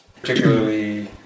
particularly